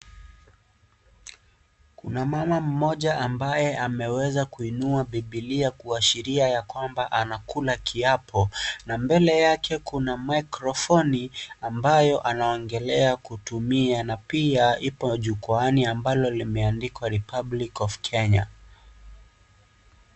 Kuna mama mmoja ambaye ameweza kuinua bibilia kuashiria ya kwamba ana kula kiapo na mbele yake kuna microphone ambayo anaongelea kutumia na pia ipo jukwaani ambalo limeandikwa Republic of Kenya.